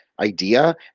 idea